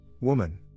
Woman